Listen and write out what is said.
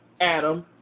Adam